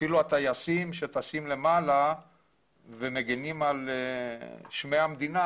אפילו הטייסים שטסים למעלה ומגנים על שמי המדינה,